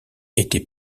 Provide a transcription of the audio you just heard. était